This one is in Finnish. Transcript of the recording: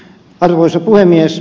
arvoisa puhemies